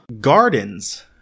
Gardens